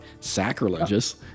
sacrilegious